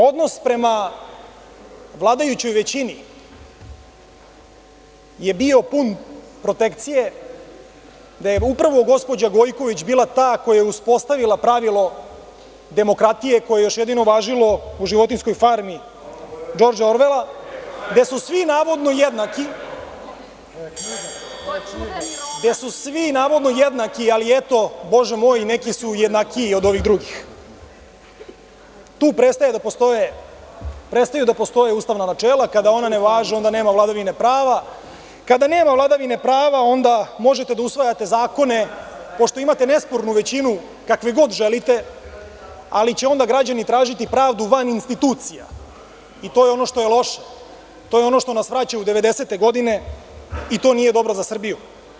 Odnos prema vladajućoj većini je bio pun protekcije, da je upravo gospođa Gojković bila ta koja je uspostavila pravilo demokratije koje je još jedino važilo u „Životinjskoj farmi“ Džordža Orvela, gde su svi, navodno, jednaki, ali, eto, bože moj, neki su „jednakiji“ od ovih drugih. (Aleksandar Martinović, s mesta: Šta je sad ovo?) Tu prestaju da postoje ustavna načela, a kada ona ne važe, onda nema vladavine prava, a kada nema vladavine prava, onda možete da usvajate zakone, pošto imate nespornu većinu, kakve god želite, ali će onda građani tražiti pravdu van institucija i to je ono što je loše, to je ono što nas vraća u 90-e godine i to nije dobro za Srbiju.